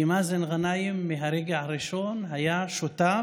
כי מאזן גנאים היה מהרגע הראשון שותף,